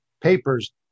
papers